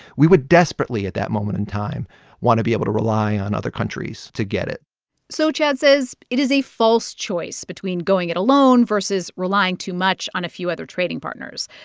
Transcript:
we would desperately at that moment in time want to be able to rely on other countries to get it so, chad says, it is a false choice between going it alone versus relying too much on a few other trading partners.